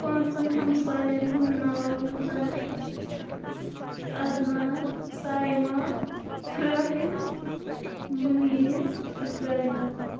پانٛژن ہمساین ہُنٛد ناو یُس زن چھُ سُہ چھُ ادنان سایما راحل مٔنیٖر زینب